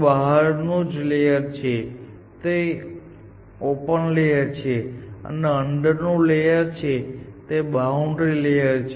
બહારનું જે લેયર છે તે ઓપન લેયર છે અને અંદરનું લેયર છે તે બાઉન્ડ્રી લેયર છે